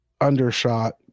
undershot